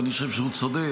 ואני חושב שהוא צודק,